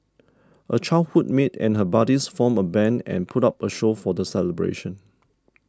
a childhood mate and her buddies formed a band and put up a show for the celebration